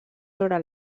sobre